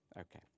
Okay